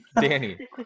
Danny